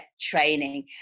training